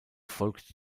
folgt